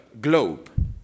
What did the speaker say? globe